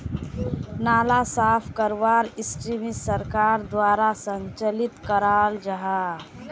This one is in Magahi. नाला साफ करवार सिस्टम सरकार द्वारा संचालित कराल जहा?